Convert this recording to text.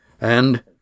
And